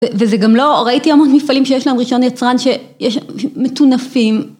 וזה גם לא... ראיתי המון מפעלים שיש להם רישיון יצרן שיש... מטונפים...